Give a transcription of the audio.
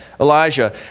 Elijah